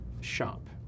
shop